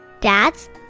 dads